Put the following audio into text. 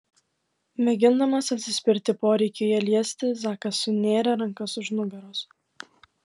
mėgindamas atsispirti poreikiui ją liesti zakas sunėrė rankas už nugaros